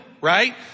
right